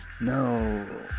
No